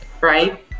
Right